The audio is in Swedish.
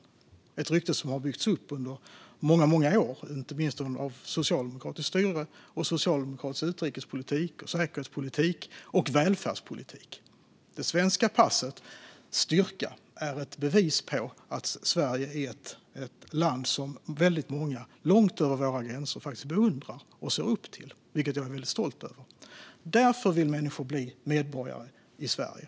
Det är ett rykte som har byggts upp under många år, inte minst under socialdemokratiskt styre och socialdemokratisk utrikespolitik, säkerhetspolitik och välfärdspolitik. Det svenska passets styrka är ett bevis på att Sverige är ett land som väldigt många, långt utanför våra gränser, faktiskt beundrar och ser upp till. Det är jag mycket stolt över. Därför vill människor bli medborgare i Sverige.